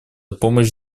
помощь